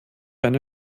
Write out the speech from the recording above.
eine